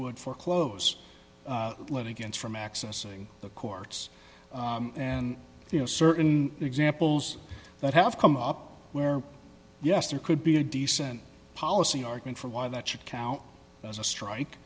would foreclose lead against from accessing the courts and you know certain examples that have come up where yes there could be a decent policy argument for why that should count as a strike